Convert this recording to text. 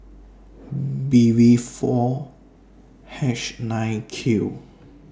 B V four H nine Q